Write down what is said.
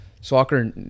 soccer